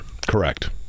Correct